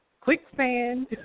quicksand